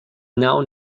now